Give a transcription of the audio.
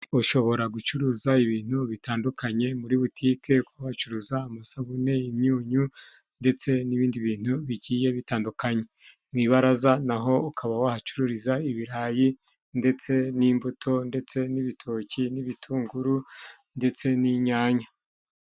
Ushobora gucuruza ibintu bitandukanye muri butike, kuhacuruza amasabune, imyunyu ndetse n'ibindi bintu bigiye bitandukanye. Mu ibaraza naho ukaba wahacururiza ibirayi ndetse n'imbuto ndetse n'ibitoki n'ibitunguru ndetse n'inyanya.